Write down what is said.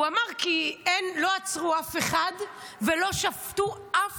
הוא אמר: כי לא עצרו אף אחד ולא שפטו אף